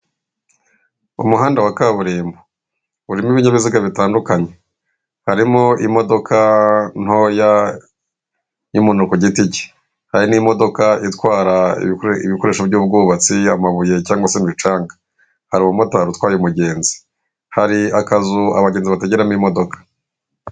Umuhanda wa kaburimbo urimo ibinyabiziga bitandukanye, harimo imodoka ntoya y'umuntu ku giti cye hari n'imodoka itwara ibikoresho by'ubwubatsi, amabuye cyangwag se umucanga hari umumotari utwaye umugenzi. Hari akazu abagenzi ba batageramo imodoka.